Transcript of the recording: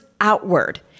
outward